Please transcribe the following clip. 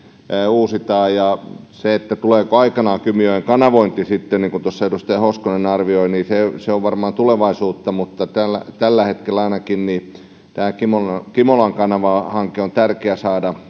uusitaan se että tuleeko aikanaan kymijoen kanavointi sitten niin kuin tuossa edustaja hoskonen arvioi on varmaan tulevaisuutta mutta tällä tällä hetkellä ainakin tämä kimolan kimolan kanavahanke on tärkeää saada